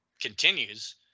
continues